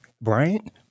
Bryant